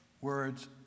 words